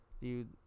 Dude